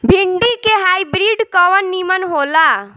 भिन्डी के हाइब्रिड कवन नीमन हो ला?